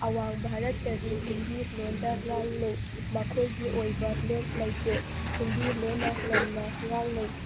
ꯑꯋꯥꯡ ꯚꯥꯔꯠꯇꯗꯤ ꯍꯤꯟꯗꯤ ꯂꯣꯜꯗ ꯉꯥꯡꯅꯩ ꯃꯈꯣꯏꯒꯤ ꯑꯣꯏꯕ ꯂꯣꯜ ꯂꯩꯇꯦ ꯍꯤꯟꯗꯤ ꯂꯣꯜꯅ ꯉꯝꯅ ꯉꯥꯡꯅꯩ